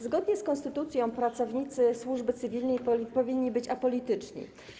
Zgodnie z konstytucją pracownicy służby cywilnej powinni być apolityczni.